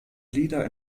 lieder